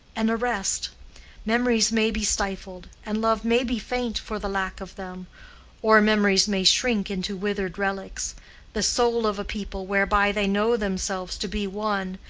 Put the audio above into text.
an arrest memories may be stifled, and love may be faint for the lack of them or memories may shrink into withered relics the soul of a people, whereby they know themselves to be one,